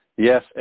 Yes